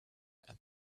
and